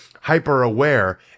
hyper-aware